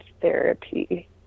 Therapy